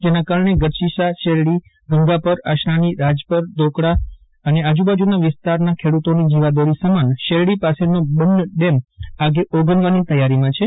જેના કારણે ગઢસીસા શેરડી ગંગાપર આશરાની રાજપર ધોકડા અને આજુબાજુ વિસ્તારના ખેડૂતોની જીવાદોરી સમાન શેરડી પાસેનો બન્ન ડેમ ઓગનવાની તૈયારીમાં છે